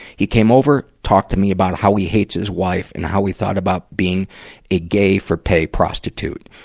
he came over, talked to me about how he hates his wife, and how he thought about being a gay-for-pay prostitute.